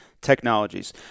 technologies